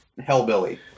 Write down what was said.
Hellbilly